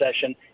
session